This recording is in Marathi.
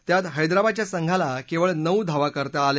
त्यात हैदराबादच्या संघाला केवळ नऊ धावा करता आल्या